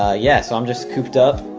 ah yes. i'm just cooped up,